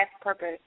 purpose